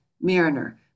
Mariner